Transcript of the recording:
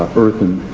earthen